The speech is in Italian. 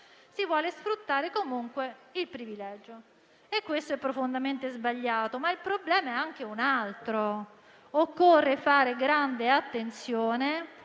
si vuole sfruttare comunque il privilegio. Questo è profondamente sbagliato, ma il problema è anche un altro: occorre fare grande attenzione